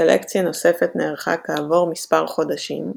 סלקציה נוספת נערכה כעבור מספר חודשים,